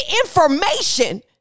information